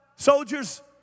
Soldiers